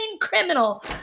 criminal